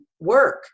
work